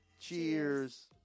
cheers